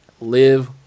live